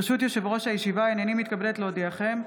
ברשות יושב-ראש הישיבה, הינני מתכבדת להודיעכם,